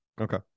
Okay